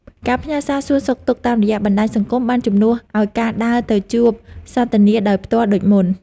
ការផ្ញើសារសួរសុខទុក្ខតាមរយៈបណ្តាញសង្គមបានជំនួសឱ្យការដើរទៅជួបសន្ទនាគ្នាដោយផ្ទាល់ដូចមុន។